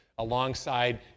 alongside